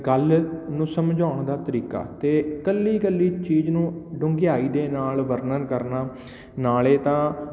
ਗੱਲ ਨੂੰ ਸਮਝਾਉਣ ਦਾ ਤਰੀਕਾ ਅਤੇ ਇਕੱਲੀ ਇਕੱਲੀ ਚੀਜ਼ ਨੂੰ ਡੂੰਘਿਆਈ ਦੇ ਨਾਲ਼ ਵਰਣਨ ਕਰਨਾ ਨਾਲ਼ੇ ਤਾਂ